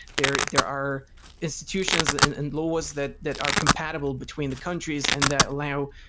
there there are institutions and and laws that that are compatible between the countries and that allow,